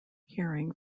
hearing